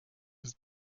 his